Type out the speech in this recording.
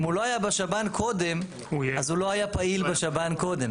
אם הוא לא היה בשב"ן קודם אז הוא לא היה פעיל בשב"ן קודם.